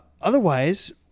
Otherwise